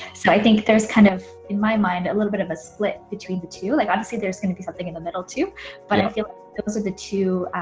so i think there's kind of in my mind a little bit of a split between the two like obviously there's going to be something in the middle too but i feel it was the two,